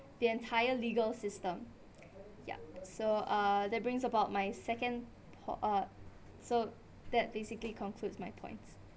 the entire legal system yup so uh that brings about my second po~ uh so that basically concludes my points